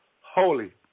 holy